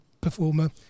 performer